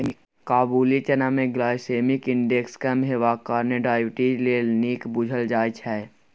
काबुली चना मे glycaemic index कम हेबाक कारणेँ डायबिटीज लेल नीक बुझल जाइ छै